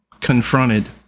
confronted